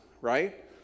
Right